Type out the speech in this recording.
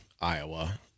Iowa